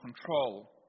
control